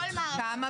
למה